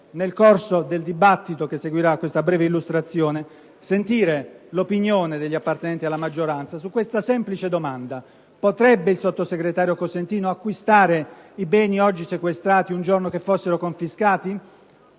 nel corso del dibattito che seguirà questa breve illustrazione, sentire l'opinione degli appartenenti alla maggioranza su questa semplice domanda: potrebbe il sottosegretario Cosentino acquistare i beni oggi sequestrati un giorno che fossero confiscati?